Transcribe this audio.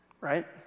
right